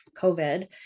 COVID